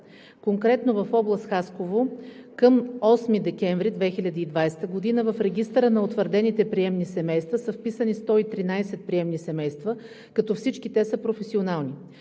Конкретно в област Хасково към 8 декември 2020 г. в регистъра на утвърдените приемни семейства са вписани 113 приемни семейства, като всички те са професионални.